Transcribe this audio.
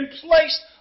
placed